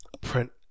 print